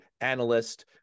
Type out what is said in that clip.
analyst